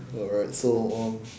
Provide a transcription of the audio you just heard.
alright so um